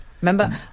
Remember